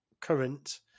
current